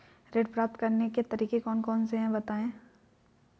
ऋण प्राप्त करने के तरीके कौन कौन से हैं बताएँ?